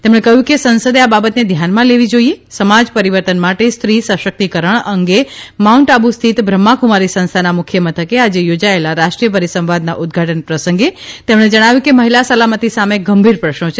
તેમણે કહ્યું કે સંસદે આ બાબતને ધ્યાનમાં લેવી જોઇએ સમાજ પરીવર્તન માટે સ્ત્રી સશક્તિકરણ અંગે માઉન્ટ આબુ સ્થિત બ્રહ્માકુમારી સંસ્થાના મુખ્ય મથકે આજે યોજાયેલા રાષ્ટ્રીય પરિસંવાદના ઉદ્વાટન પ્રસંગે તેમણે જણાવ્યું કે મહિલા સલામતી સામે ગંભીર પ્રશ્નો છે